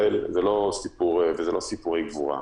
וזה לא סיפורי גבורה.